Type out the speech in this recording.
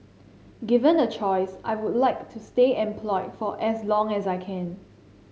given a choice I would like to stay employed for as long as I can